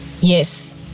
yes